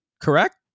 correct